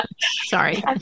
Sorry